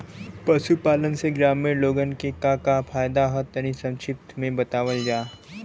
पशुपालन से ग्रामीण लोगन के का का फायदा ह तनि संक्षिप्त में बतावल जा?